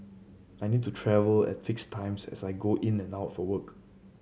I need to travel at fix times as I go in and out for work